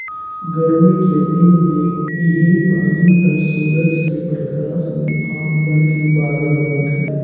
गरमी के दिन मे इहीं पानी हर सूरज के परकास में भाप बनके बादर बनथे